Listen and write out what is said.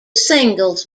singles